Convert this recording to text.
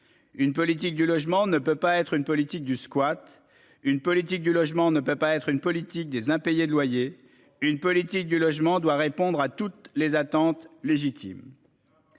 une politique du logement ne peut pas être une politique du squat, une politique du logement ne peut pas être une politique des impayés de loyers. Une politique du logement doit répondre à toutes les attentes légitimes.